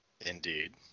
indeed